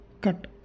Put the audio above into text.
cut